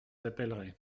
appellerai